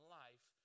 life